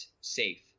safe